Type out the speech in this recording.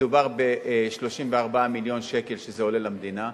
מדובר ב-34 מיליון שקלים שזה עולה למדינה,